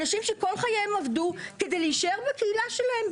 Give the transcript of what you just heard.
אנשים שכל חייהם עבדו כדי להישאר בקהילה שלהם,